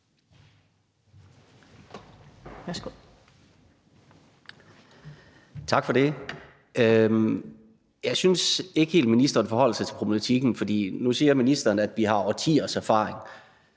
Tak for det. Jeg synes ikke helt, at ministeren forholder sig til problematikken. For nu siger ministeren, at vi har årtiers erfaring.